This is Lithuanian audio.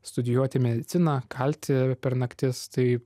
studijuoti mediciną kalti per naktis tai